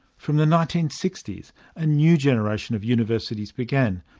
from the nineteen sixty s a new generation of universities began,